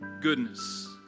goodness